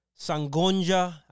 Sangonja